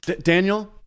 Daniel